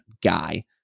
guy